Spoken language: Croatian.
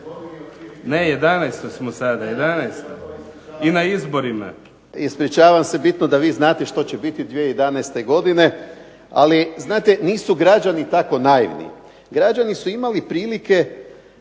vi vizionar, sigurno i to ... Ispričavam se, bitno da vi znat što će biti 2011. godine ali znate nisu građani tako naivni. Građani su imali prilike